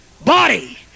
body